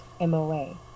MOA